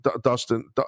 Dustin